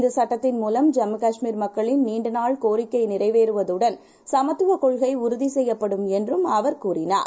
இந்தசட்டத்தின்மூலம்ஜம்முகாஷ்மீர்மக்களின்நீண்டநாள்கோரிக்கைநிறைவேறுவ துடன் சமத்துவகொள்கைஉறுதிசெய்யப்படும்என்றும்அவர்ஷார்